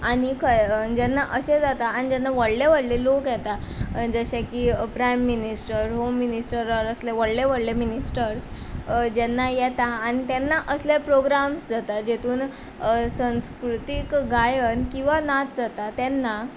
आनीक ख जेन्ना अशें जाता आनी जेन्ना व्हडलें व्हडलें लोक येता जशें की प्रायम मिनिस्टर होम मिनिस्टर वा असले व्हडले व्हडले मिनिस्टर्स जेन्ना येता आनी तेन्ना असले प्रोग्राम्स जाता जेतून संस्कृतीक गायन किंवां नाच जाता तेन्ना